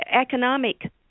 Economic